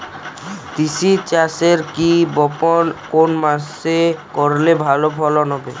তিসি চাষের বীজ বপন কোন মাসে করলে ভালো ফলন হবে?